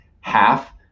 half